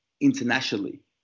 internationally